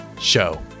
show